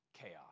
chaos